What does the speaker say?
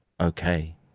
okay